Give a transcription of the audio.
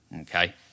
okay